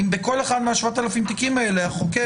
ואם בכל אחד מה-7,000 תיקים האלה החוקר